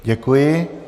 Děkuji.